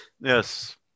Yes